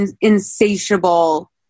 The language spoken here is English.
insatiable